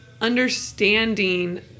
understanding